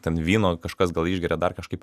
ten vyno kažkas gal išgeria dar kažkaip